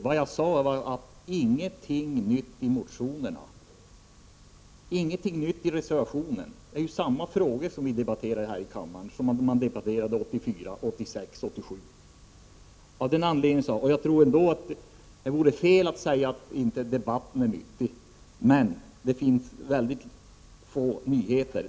Det jag sade var att ingenting nytt förekommer i motionerna, ingenting nytt i reservationen. Vi debatterar samma frågor här i kammaren nu som man debatterade 1984, 1986 och 1987. Jag tror ändå att det vore fel att säga att debatten inte är nyttig, men det finns få nyheter.